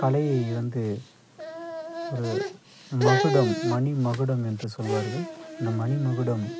கலையை வந்து ஒரு மகுடம் மணிமகுடம் என்று சொல்வார்கள் அந்த மணிமகுடம்